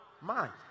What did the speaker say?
mind